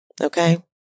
Okay